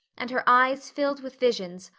and her eyes filled with visions,